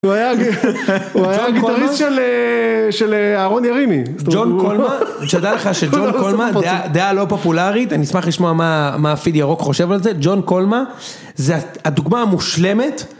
הוא היה הגיטריסט של אהרן ירימי. ג'ון קולמה, תדע לך שג'ון קולמה, דעה לא פופולרית, אני אשמח לשמוע מה אפיד ירוק חושב על זה, ג'ון קולמה, זה הדוגמה המושלמת.